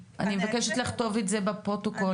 אני מבקשת לכתוב את זה בפרוטוקול.